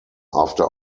after